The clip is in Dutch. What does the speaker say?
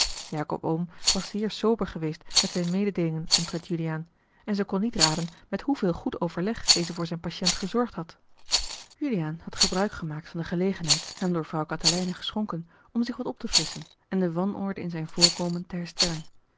jacob oom was zeer sober geweest met zijne mededeelingen omtrent juliaan en zij kon niet raden met hoeveel goed overleg deze voor zijn patiënt gezorgd had juliaan had gebruik gemaakt van de gelegenheid hem door vrouw katelijne geschonken om zich wat op te frisschen en de wanorde in zijn voorkomen te herstellen